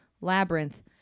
Labyrinth